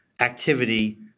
activity